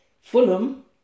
Fulham